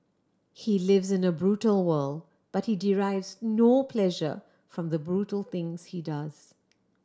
he lives in a brutal world but he derives no pleasure from the brutal things he does